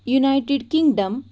United Kingdom